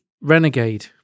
renegade